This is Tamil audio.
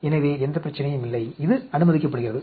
எனவே எந்த பிரச்சனையும் இல்லை இது அனுமதிக்கப்படுகிறது